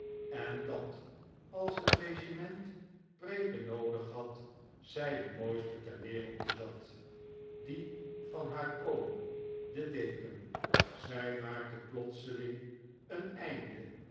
en dat als het regiment preeken noodig had zij de mooiste ter wereld bezat die van haar oom den deken zij maakte plotseling een einde